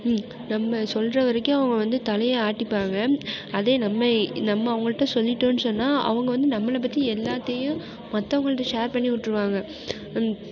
நம்ம சொல்கிற வரைக்கும் அவங்க வந்து தலையை ஆட்டிப்பாங்க அதே நம்ம நம்ம அவங்கள்ட்ட சொல்லிவிட்டோனு சொன்னால் அவங்க வந்து நம்மளை பற்றி எல்லாத்தையும் மற்றவங்கள்ட்ட ஷேர் பண்ணி விட்ருவாங்க